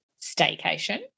staycation